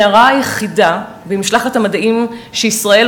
הנערה היחידה במשלחת המדעים שישראל